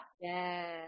yes